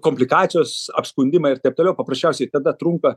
komplikacijos apskundimai ir taip toliau paprasčiausiai tada trunka